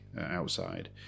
outside